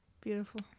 Beautiful